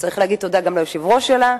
וצריך להגיד תודה גם ליושב-ראש שלה,